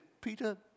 Peter